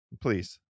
please